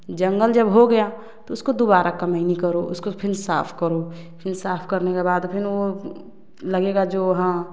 जंगल जब हो गया तो उसको दोबारा कमैनी करो उसको फिर साफ करो फिर साफ करने के बाद फिर वो लगेगा जो हाँ